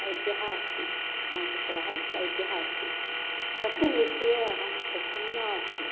वैद्यः अस्ति मम पुत्रः वैद्यः अस्ति तस्मिन् विषये अहं प्रसन्ना अस्मि